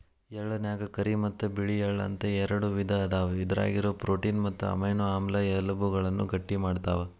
ಎಳ್ಳನ್ಯಾಗ ಕರಿ ಮತ್ತ್ ಬಿಳಿ ಎಳ್ಳ ಅಂತ ಎರಡು ವಿಧ ಅದಾವ, ಇದ್ರಾಗಿರೋ ಪ್ರೋಟೇನ್ ಮತ್ತು ಅಮೈನೋ ಆಮ್ಲ ಎಲಬುಗಳನ್ನ ಗಟ್ಟಿಮಾಡ್ತಾವ